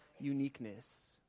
uniqueness